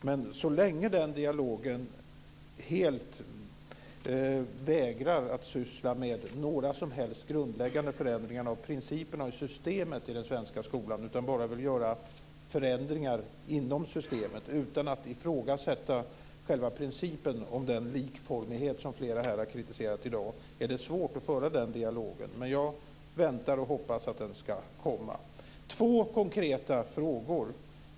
Men så länge man helt vägrar att syssla med några som helst grundläggande förändringar av principerna och systemet i den svenska skolan utan bara vill göra förändringar inom systemet utan att ifrågasätta själva principen och likformigheten, som flera här har kritiserat i dag, är det svårt att föra den dialogen. Men jag väntar och hoppas att den ska komma. Jag har två konkreta frågor.